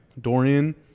Dorian